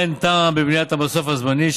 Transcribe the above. אין טעם בבניית המסוף הזמני,